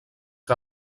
que